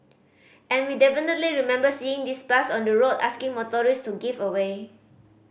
and we definitely remember seeing this bus on the road asking motorists to give away